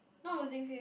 not losing faith